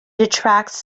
attracts